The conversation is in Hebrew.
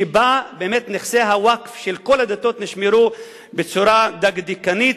שבה באמת נכסי הווקף של כל הדתות נשמרו בצורה דקדקנית,